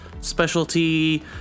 specialty